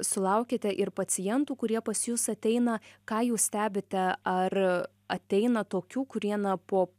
sulaukiate ir pacientų kurie pas jus ateina ką jūs stebite ar ateina tokių kurie na po